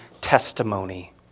testimony